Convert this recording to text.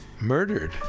murdered